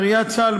בראיית צה"ל,